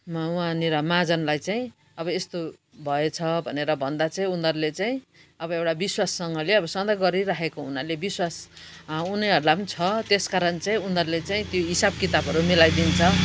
म वहाँनिर महाजनलाई चाहिँ अब यस्तो भएछ भनेर भन्दा चाहिँ उनीहरूले चाहिँ अब एउटा विश्वाससँगले अब सधैँ गरिराखेको हुनाले विश्वास उनीहरूलाई पनि छ त्यस कारण चाहिँ उनीहरूले चाहिँ त्यो हिसाब किताबहरू मिलाइदिन्छ